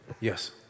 Yes